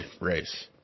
race